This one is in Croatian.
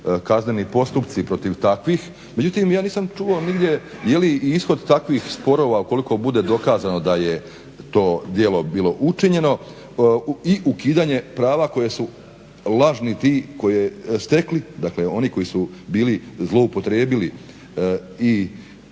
kazneni postupci protiv takvih. Međutim, ja nisam čuo nigdje je li ishod takvih sporova, ukoliko bude dokazano da je to djelo bilo učinjeno, i ukidanje prava koja su lažni stekli, dakle oni koji su bili zloupotrijebili i